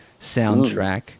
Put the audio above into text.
soundtrack